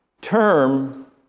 term